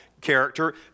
character